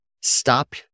Stop